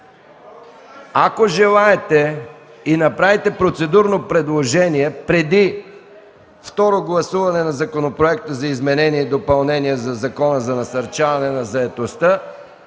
Ако желаете и направите процедурно предложение преди второ гласуване на Законопроекта за изменение и допълнение на Закона за насърчаване на заетостта,